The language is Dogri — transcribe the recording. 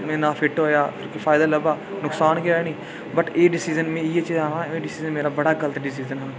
में ना फिट होआ ना कोई फायदा लब्भा नुक्सान गै निं वट एह् डिसीजन में इ'या आक्खना की एह् डिसीजन मेरा बड़ा गलत डिसीजन हा